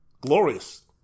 Glorious